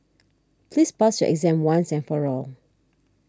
please pass your exam once and for all